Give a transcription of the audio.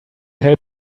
help